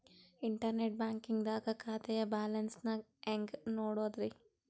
Internet banking ದಾಗ ಖಾತೆಯ balance ನ ಹೆಂಗ್ ನೋಡುದ್ರಿ?